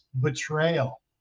betrayal